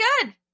good